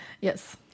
Yes